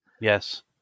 Yes